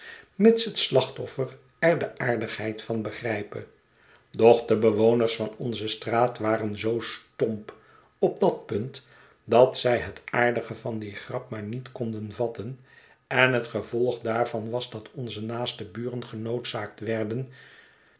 mits het slachtoffer er de aardigheid van begrijpe doch de bewoners van onze straat waren zoo stomp op dat punt dat zij het aardige van die grap maar niet konden vatten en het gevolg daarvan was dat onze naaste buren genoodzaakt werden